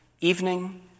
Evening